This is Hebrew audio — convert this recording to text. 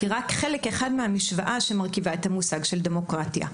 היא רק חלק אחד מהמשוואה שמרכיבה את המושג של דמוקרטיה.